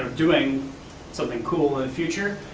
doing something cool in the future,